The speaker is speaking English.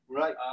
right